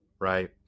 Right